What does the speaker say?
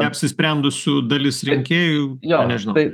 neapsisprendusių dalis rinkėjų na nežinau